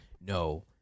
no